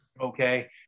Okay